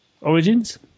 Origins